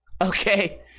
Okay